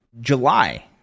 July